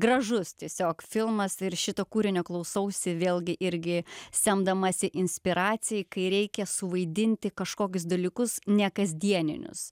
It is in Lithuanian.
gražus tiesiog filmas ir šito kūrinio klausausi vėlgi irgi semdamasi inspiracijai kai reikia suvaidinti kažkokius dalykus ne kasdieninius